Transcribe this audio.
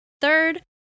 Third